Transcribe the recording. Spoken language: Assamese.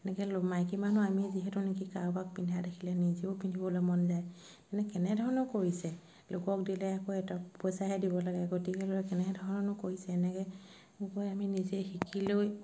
এনেকৈ ল মাইকী মানুহ আমি যিহেতু নেকি কাৰোবাক পিন্ধা দেখিলে নিজেও পিন্ধিবলৈ মন যায় কেনেধৰণে কৰিছে লোকক দিলে আকৌ এটা পইচাহে দিব লাগে গতিকেলৈ কেনেধৰণেনো কৰিছে এনেকৈ গৈ আমি নিজে শিকি লৈ